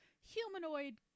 humanoid